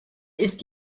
ist